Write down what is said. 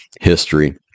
history